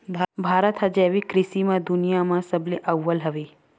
भारत हा जैविक कृषि मा दुनिया मा सबले अव्वल हवे